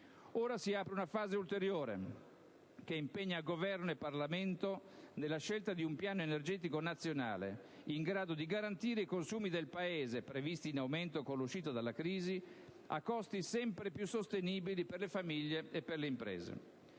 Ora si apre una fase ulteriore che impegna Governo e Parlamento nella scelta di un piano energetico nazionale in grado di garantire i consumi del Paese - previsti in aumento con l'uscita dalla crisi - a costi sempre più sostenibili per le famiglie e per le imprese.